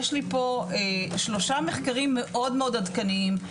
יש לי פה שלושה מחקרים מאוד מאוד עדכניים,